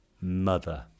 mother